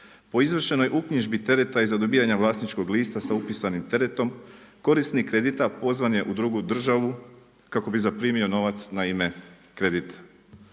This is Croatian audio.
Po izvršenoj uknjižbi tereta i zadobivanja vlasničkog lista sa upisanim teretom, korisnik kredita pozvan je u drugu državu kako bi zaprimio novac na ime kredit.